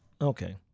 Okay